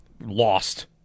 lost